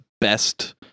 best